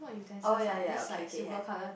oh ya ya okay have